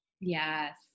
Yes